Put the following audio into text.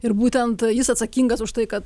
ir būtent jis atsakingas už tai kad